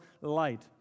light